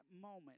moment